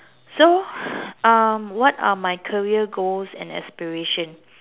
so um what are my career goals and aspiration